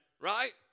Right